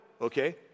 okay